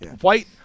white